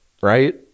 right